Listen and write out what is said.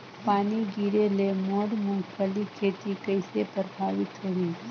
पानी गिरे ले मोर मुंगफली खेती कइसे प्रभावित होही?